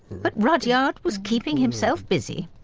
but rudyard was keeping himself busy.